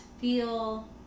feel